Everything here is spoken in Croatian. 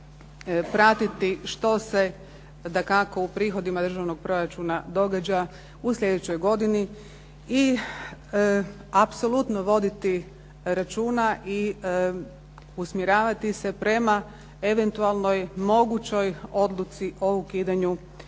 pratiti što se dakako u prihodima državnog proračuna događa u sljedećoj godini i apsolutno voditi računa i usmjeravati se prema eventualnoj mogućoj odluci o ukidanju